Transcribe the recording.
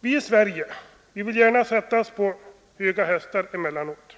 Vi i Sverige vill gärna sätta oss på höga hästar emellanåt.